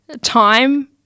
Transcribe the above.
time